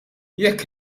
jekk